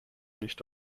nicht